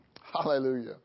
Hallelujah